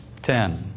Ten